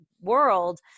world